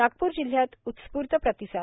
नागपूर जिल्हयात उत्स्फूर्त प्रतिसाद